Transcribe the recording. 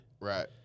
Right